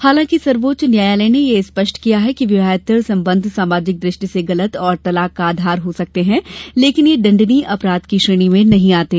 हालांकि सर्वोच्च न्यायालय ने यह स्पष्ट किया कि विवाहेत्तर संबंध सामाजिक दृष्टि से गलत और तलाक का आधार हो सकते हैं लेकिन यह दण्डनीय अपराध की श्रेणी में नहीं आते हैं